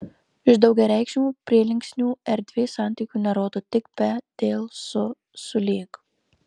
iš daugiareikšmių prielinksnių erdvės santykių nerodo tik be dėl su sulig